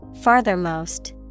Farthermost